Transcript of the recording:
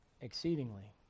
exceedingly